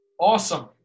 Awesome